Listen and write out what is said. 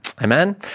Amen